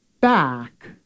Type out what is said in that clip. back